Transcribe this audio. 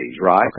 right